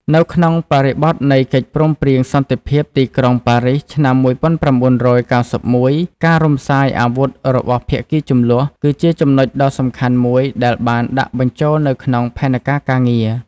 នៅក្នុងបរិបទនៃកិច្ចព្រមព្រៀងសន្តិភាពទីក្រុងប៉ារីស ឆ្នាំ១៩៩១ ការរំសាយអាវុធរបស់ភាគីជម្លោះ គឺជាចំណុចដ៏សំខាន់មួយ ដែលបានដាក់បញ្ចូលនៅក្នុងផែនការការងារ។